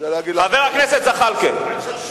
חבר הכנסת זחאלקה.